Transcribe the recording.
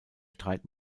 streit